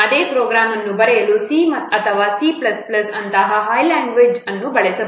ಅದೇ ಪ್ರೋಗ್ರಾಂ ಅನ್ನು ಬರೆಯಲು C ಅಥವಾ C ಅಂತಹ ಹೈ ಲೆವೆಲ್ ಲ್ಯಾಂಗ್ವೇಜ್ ಅನ್ನು ಬಳಸಬಹುದು